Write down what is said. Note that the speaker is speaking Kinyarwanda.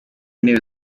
intebe